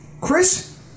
Chris